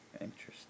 Interesting